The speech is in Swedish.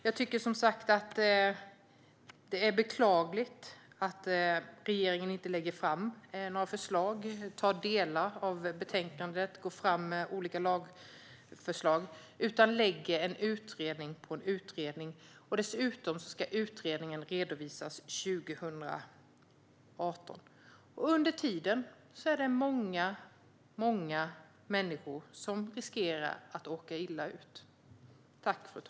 Jag tycker som sagt att det är beklagligt att regeringen inte lägger fram några förslag, tar delar av betänkandet och går fram med olika lagförslag utan lägger en utredning på en utredning. Utredningen ska dessutom redovisas 2018. Under tiden är det många människor som riskerar att råka illa ut.